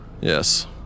Yes